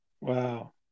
Wow